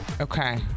Okay